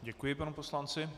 Děkuji panu poslanci.